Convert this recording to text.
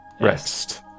rest